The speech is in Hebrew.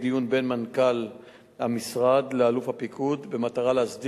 אנחנו הולכים להצבעה.